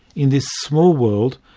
in this small world,